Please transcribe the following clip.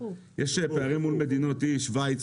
יש פערים מול מדינות אי שוויץ,